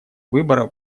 выбора